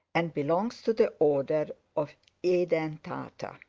and belongs to the order of edentata,